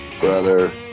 brother